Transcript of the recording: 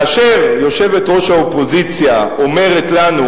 כאשר יושבת-ראש האופוזיציה אומרת לנו,